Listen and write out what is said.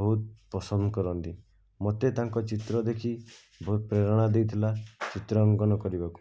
ବହୁତ ପସନ୍ଦ କରନ୍ତି ମୋତେ ତାଙ୍କ ଚିତ୍ର ଦେଖି ବହୁତ ପ୍ରେରଣା ଦେଇଥିଲା ଚିତ୍ର ଅଙ୍କନ କରିବାକୁ